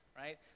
right